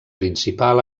principal